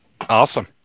Awesome